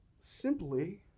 simply